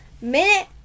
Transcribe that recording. Minute